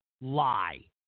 Lie